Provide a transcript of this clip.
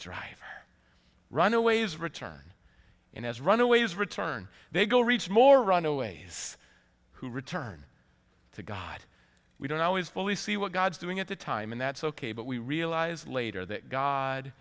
driver runaways return in his runaways return they go reach more runaways who return to god we don't always fully see what god's doing at the time and that's ok but we realize later that god